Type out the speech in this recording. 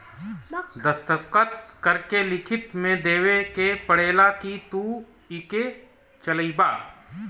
दस्खत करके लिखित मे देवे के पड़ेला कि तू इके चलइबा